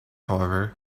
however